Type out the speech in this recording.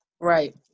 Right